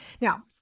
Now